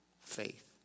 faith